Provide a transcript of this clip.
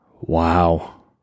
Wow